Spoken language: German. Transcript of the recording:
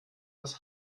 das